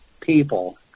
people